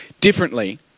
differently